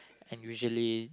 and usually